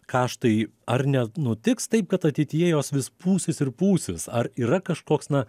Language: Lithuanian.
kaštai ar ne nutiks taip kad ateityje jos vis pūsis ir pūsis ar yra kažkoks na